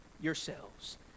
yourselves